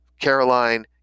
Caroline